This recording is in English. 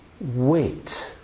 wait